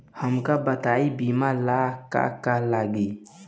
हमका बताई बीमा ला का का लागी?